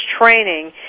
training